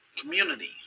community